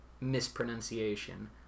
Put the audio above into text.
mispronunciation